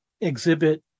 exhibit